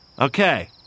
Okay